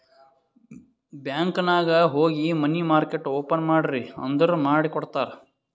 bank ನಾಗ್ ಹೋಗಿ money market open ಮಾಡ್ರಿ ಅಂದುರ್ ಮಾಡಿ ಕೊಡ್ತಾರ್